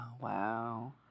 wow